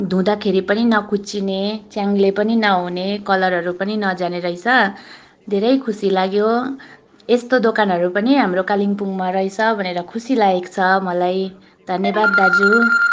धुँदाखेरि पनि नकुच्चिने च्याङ्ले पनि नहुने कलरहरू पनि नजाने रहेछ धेरै खुसी लाग्यो यस्तो दोकानहरू पनि हाम्रो कालिम्पोङमा रहेछ भनेर खुसी लागेको छ मलाई धन्यवाद दाजु